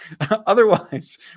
Otherwise